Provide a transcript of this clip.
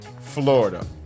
Florida